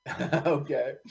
okay